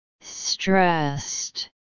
Stressed